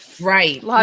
right